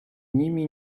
nimi